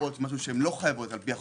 הקופות משהו שלא חייבות לפי החוק,